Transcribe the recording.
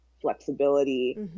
flexibility